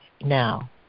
now